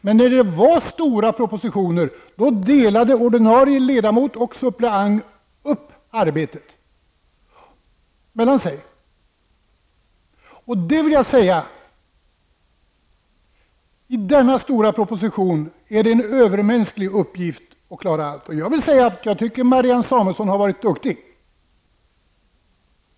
Men när det kom stora propositioner, delade ordinarie ledamot och suppleant upp arbetet mellan sig. Det är en övermänsklig uppgift att klara allt när det gäller denna stora proposition. Jag tycker att Marianne Samuelsson har varit duktig.